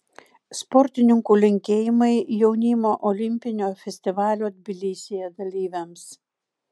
sportininkų linkėjimai jaunimo olimpinio festivalio tbilisyje dalyviams